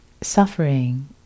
suffering